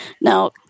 Now